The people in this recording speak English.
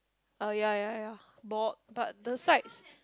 uh ya ya ya bald but the sides